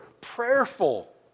prayerful